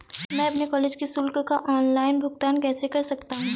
मैं अपने कॉलेज की शुल्क का ऑनलाइन भुगतान कैसे कर सकता हूँ?